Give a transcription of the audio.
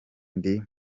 ndi